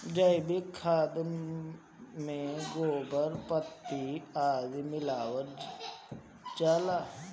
जैविक खाद में गोबर, पत्ती आदि मिलावल जाला